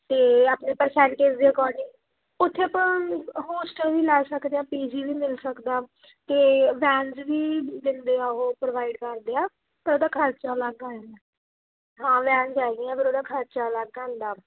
ਅਤੇ ਆਪਣੇ ਪਰਸੈਂਟੇਜ ਦੇ ਅਕੋਰਡਿੰਗ ਉੱਥੇ ਆਪਾਂ ਹੋਸਟਲ ਵੀ ਲਾ ਸਕਦੇ ਹਾਂ ਪੀਜੀ ਵੀ ਮਿਲ ਸਕਦਾ ਅਤੇ ਵੈਨਸ ਵੀ ਦਿੰਦੇ ਆ ਉਹ ਪ੍ਰੋਵਾਈਡ ਕਰਦੇ ਆ ਤਾਂ ਉਹਦਾ ਖਰਚਾ ਅਲੱਗ ਆ ਜਾਂਦਾ ਹਾਂ ਵੈਨਸ ਹੈਗੀਆਂ ਪਰ ਉਹਦਾ ਖਰਚਾ ਅਲੱਗ ਆਉਂਦਾ